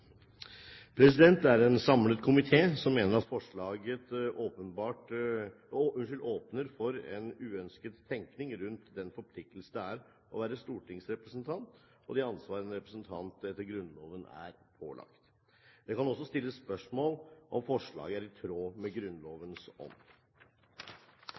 Det er en samlet komité som mener at forslaget åpner for en uønsket tenkning rundt den forpliktelse det er å være stortingsrepresentant, og det ansvar en representant etter Grunnloven er pålagt. Det kan også stilles spørsmål om forslaget er i tråd med